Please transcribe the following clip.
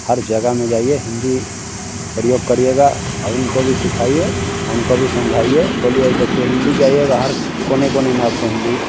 हर जगह में जाइए हिन्दी प्रयोग करिएगा और उनको भी सिखाइए और उनको भी समझाइए बोलिए ये देखिए हिन्दी जाइए बाहर कोने कोने में आपको हिन्दी